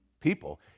people